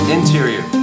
Interior